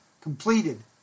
completed